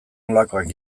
nolakoak